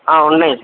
ఉన్నాయి